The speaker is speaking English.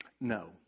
No